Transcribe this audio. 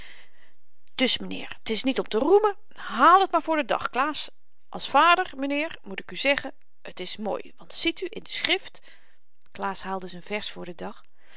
myn heer t is niet om te roemen haal t maar voor den dag klaas als vader mynheer moet ik u zeggen t is mooi want ziet u in de schrift klaas haalde z'n vers voor den dag